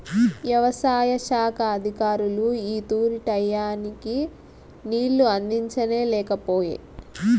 యవసాయ శాఖ అధికారులు ఈ తూరి టైయ్యానికి నీళ్ళు అందించనే లేకపాయె